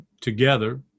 together